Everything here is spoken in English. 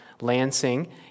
Lansing